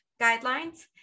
guidelines